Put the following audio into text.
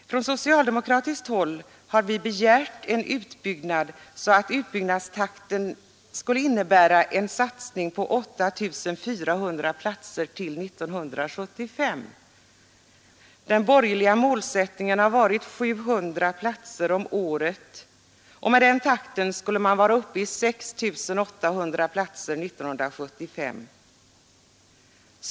Från socialdemokratiskt håll har vi begärt en utbyggnad som skulle innebära en satsning på 8400 platser till år 1975. Den borgerliga målsättningen har tidigare varit 700 platser om året, och med den takten skulle man vara upp i 6 800 platser år 1975.